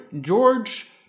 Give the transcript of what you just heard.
George